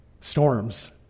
storms